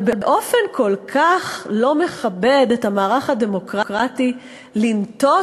אבל באופן כל כך לא מכבד את המערך הדמוקרטי לנטוש